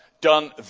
done